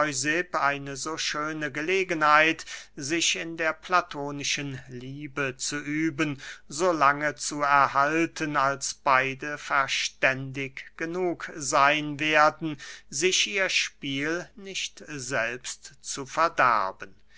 eine so schöne gelegenheit sich in der platonischen liebe zu üben so lange zu erhalten als beide verständig genug seyn werden sich ihr spiel nicht selbst zu verderben